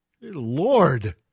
Lord